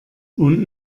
und